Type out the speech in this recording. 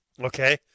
Okay